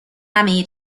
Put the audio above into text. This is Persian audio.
همه